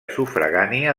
sufragània